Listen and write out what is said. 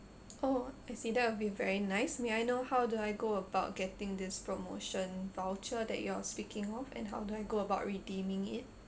oh I see that will be very nice may I know how do I go about getting this promotion voucher that you are speaking of and how do I go about redeeming it